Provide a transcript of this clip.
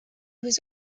was